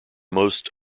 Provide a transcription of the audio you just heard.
most